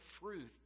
fruit